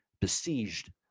besieged